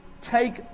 take